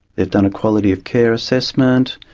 they've done a quality of care assessment.